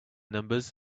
numbers